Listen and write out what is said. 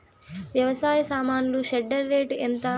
వ్యవసాయ సామాన్లు shredder rate ఎంత?